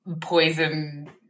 poison